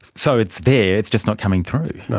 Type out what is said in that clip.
so it's there, it's just not coming through. no.